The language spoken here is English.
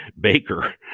baker